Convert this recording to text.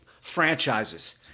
franchises